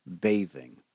bathing